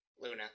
luna